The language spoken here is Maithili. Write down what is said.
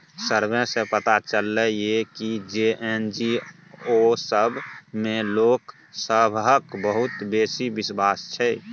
सर्वे सँ पता चलले ये की जे एन.जी.ओ सब मे लोक सबहक बहुत बेसी बिश्वास छै